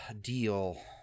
deal